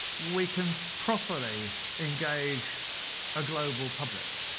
we can properly engage a global public.